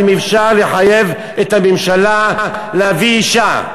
האם אפשר לחייב את הממשלה להביא אישה?